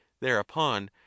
thereupon